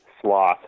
Sloth